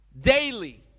Daily